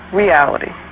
reality